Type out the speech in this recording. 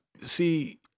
see